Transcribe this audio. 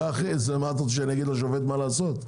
אתה רוצה שאגיד לשופט מה לעשות?